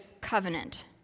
Covenant